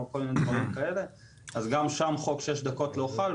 גם שם חוק שש דקות לא חל,